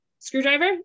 screwdriver